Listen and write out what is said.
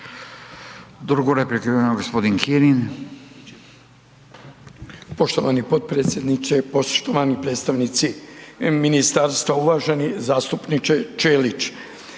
Kirin. **Kirin, Ivan (HDZ)** Poštovani potpredsjedniče, poštovani predstavnici Ministarstva, uvaženi zastupniče Ćelić.